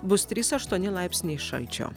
bus trys aštuoni laipsniai šalčio